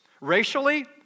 racially